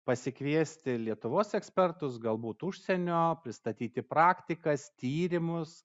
pasikviesti lietuvos ekspertus galbūt užsienio pristatyti praktikas tyrimus